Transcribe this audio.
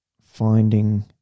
finding